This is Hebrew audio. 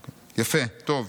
יפה, טוב,